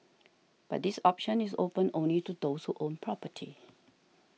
but this option is open only to those who own property